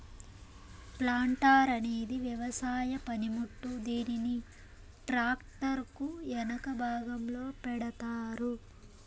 planter అనేది వ్యవసాయ పనిముట్టు, దీనిని ట్రాక్టర్ కు ఎనక భాగంలో పెడతారు